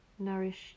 nourish